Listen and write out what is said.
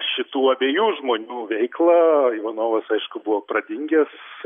šitų abiejų žmonių veiklą ivanovas aišku buvo pradingęs